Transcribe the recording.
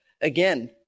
Again